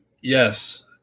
Yes